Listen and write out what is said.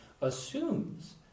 assumes